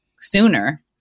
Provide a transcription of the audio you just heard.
sooner